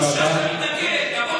בושה שאתה מתנגד לחוק הזה.